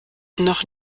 noch